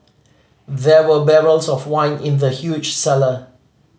there were barrels of wine in the huge cellar